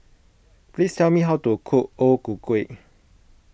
please tell me how to cook O Ku Kueh